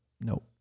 No